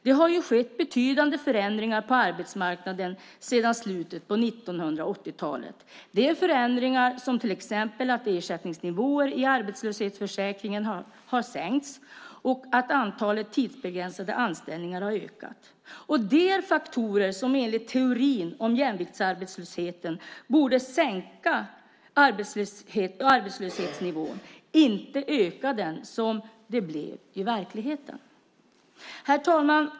Det har ju skett betydande förändringar på arbetsmarknaden sedan i slutet av 1980-talet. Det är förändringar som till exempel att ersättningsnivåerna i arbetslöshetsförsäkringen har sänkts och att antalet tidsbegränsade anställningar har ökat. Det är faktorer som enligt teorin om jämviktsarbetslösheten borde sänka arbetslöshetsnivån, inte öka den som det blivit i verkligheten. Herr talman!